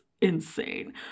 insane